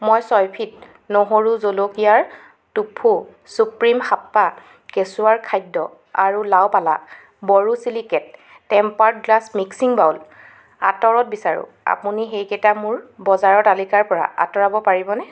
মই চয়ফিট নহৰু জলকীয়াৰ ট'ফু চুপ্ৰিম হাপ্পা কেচুৱাৰ খাদ্য আৰু La Opala borosilicate tempered glass mixing bowl আঁতৰাব বিচাৰো আপুনি সেইকেইটা মোৰ বজাৰৰ তালিকাৰ পৰা আঁতৰাব পাৰিবনে